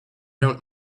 don’t